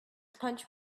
punch